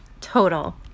total